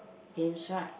games right